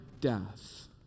death